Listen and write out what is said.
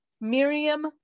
Miriam